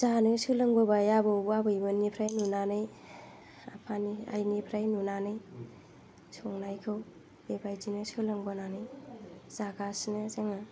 जानो सोलोंबोबाय आबौ आबैमोननिफ्राय नुनानै आफानि आइनिफ्राय नुनानै संनायखौ बेबायदिनो सोलोंबोनानै जागासिनो जोङो